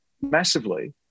massively